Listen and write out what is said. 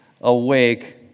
awake